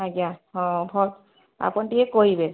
ଆଜ୍ଞା ହଁ ଭଲ ଆପଣ ଟିକିଏ କହିବେ